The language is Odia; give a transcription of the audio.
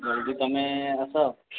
ଜଲ୍ଦି ତମେ ଆସ